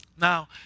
Now